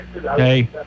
Hey